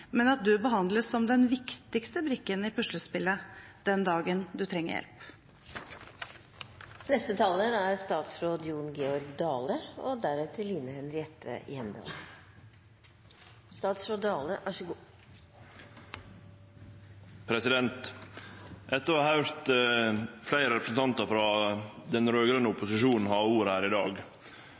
men at en behandles som den viktigste brikken i puslespillet den dagen en trenger hjelp. Etter å ha høyrt på fleire representantar frå den raud-grøne opposisjonen som har hatt ordet her i dag,